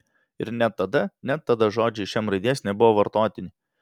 ir net tada net tada žodžiai iš m raidės nebuvo vartotini